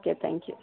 okay thank you